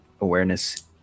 awareness